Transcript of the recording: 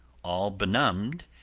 all benumbed,